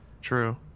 True